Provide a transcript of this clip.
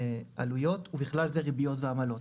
עלויות ובכלל זה ריביות ועמלות",